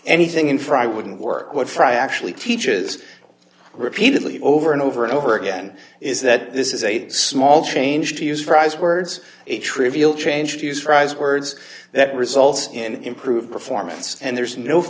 anything in frye wouldn't work what frye actually teaches repeatedly over and over and over again is that this is a small change to use fry's words a trivial change to use fries words that results in improved performance and there's no